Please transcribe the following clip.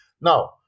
Now